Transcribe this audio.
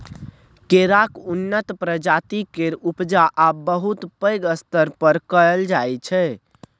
केराक उन्नत प्रजाति केर उपजा आब बहुत पैघ स्तर पर कएल जाइ छै